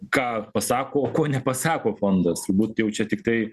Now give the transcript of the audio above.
ką pasako ko nepasako fondas turbūt jau čia tiktai